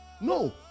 no